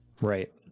Right